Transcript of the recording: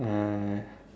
ah yeah yeah yeah